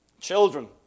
Children